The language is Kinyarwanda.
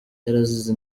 yarazize